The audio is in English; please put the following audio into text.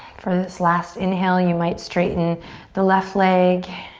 for this last inhale, you might straighten the left leg.